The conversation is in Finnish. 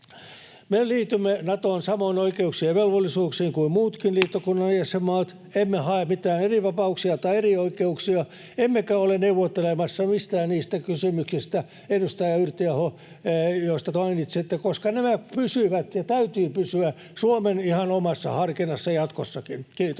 Me liitymme Natoon samoin oikeuksin ja velvollisuuksin kuin muutkin liittokunnan jäsenmaat. Emme hae mitään erivapauksia tai erioikeuksia emmekä ole neuvottelemassa mistään niistä kysymyksistä, edustaja Yrttiaho, joista te mainitsitte, koska nämä pysyvät ja näiden täytyy pysyä Suomen ihan omassa harkinnassa jatkossakin. — Kiitos.